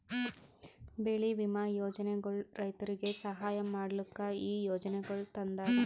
ಬೆಳಿ ವಿಮಾ ಯೋಜನೆಗೊಳ್ ರೈತುರಿಗ್ ಸಹಾಯ ಮಾಡ್ಲುಕ್ ಈ ಯೋಜನೆಗೊಳ್ ತಂದಾರ್